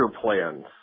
plans